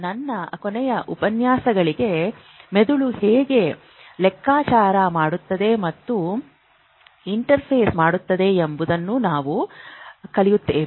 ನನ್ನ ಕೊನೆಯ ಉಪನ್ಯಾಸಗಳಿಗೆ ಮೆದುಳು ಹೇಗೆ ಲೆಕ್ಕಾಚಾರ ಮಾಡುತ್ತದೆ ಮತ್ತು ಇಂಟರ್ಫೇಸ್ ಮಾಡುತ್ತದೆ ಎಂಬುದನ್ನು ನಾವು ಕಲಿಯುತ್ತೇವೆ